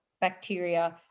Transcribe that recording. bacteria